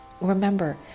Remember